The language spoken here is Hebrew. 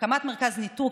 הקמת מרכז ניטור,